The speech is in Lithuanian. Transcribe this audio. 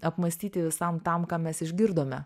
apmąstyti visam tam ką mes išgirdome